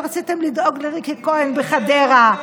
שרציתם לדאוג לריקי כהן בחדרה?